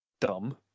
Dumb